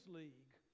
league